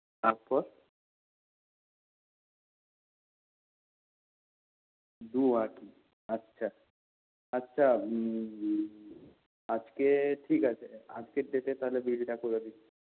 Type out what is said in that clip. তারপর দু আঁটি আচ্ছা আচ্ছা আজকে ঠিক আছে আজকের ডেটে তাহলে বিলটা করে দিচ্ছি